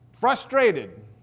frustrated